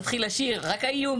אני מציע שנחזור על תיקוני